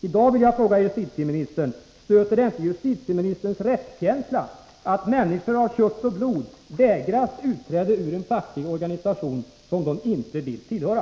I dag vill jag fråga justitieministern: Stöter det inte justitieministerns rättskänsla att människor av kött och blod vägras utträde ur en facklig organisation som de inte vill tillhöra?